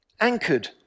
anchored